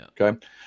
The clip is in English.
Okay